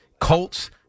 Colts